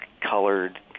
colored